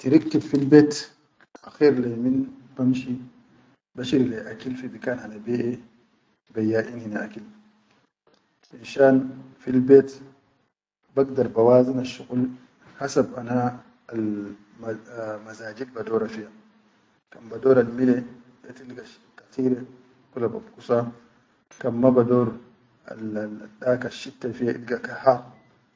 Attirikib fil bet akher le yi min banshi bashiri leyi akil fi bikan hana beʼe beyaʼin hine akil, finshan fil bet bagdar ba wazinal shuqul hasab ana al mazajil ba daura fi ha kan badoral mile ya tilga katire hikula bangusa kan ma bador al al daka shitta fiya ilga har.